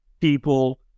people